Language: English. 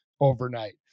overnight